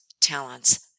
talents